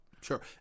Sure